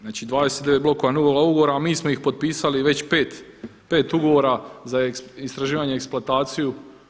Znači 29 blokova novoga ugovora a mi smo ih potpisali već 5 ugovora za istraživanje i eksploataciju.